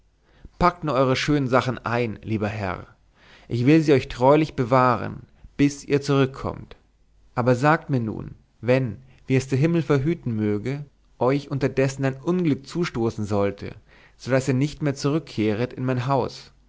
packt nur eure schöne sachen ein lieber herr ich will sie euch treulich bewahren bis ihr zurückkommt aber sagt mir nun wenn wie es der himmel verhüten möge euch unterdessen ein unglück zustoßen sollte so daß ihr nicht mehr zurückkehrtet in mein haus